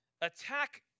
attack